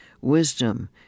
wisdom